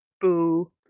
Boo